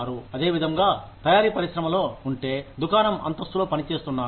అదేవిధంగా తయారీ పరిశ్రమలో ఉంటే దుకాణం అంతస్తులో పని చేస్తున్నారు